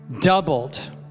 doubled